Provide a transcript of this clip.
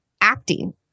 acting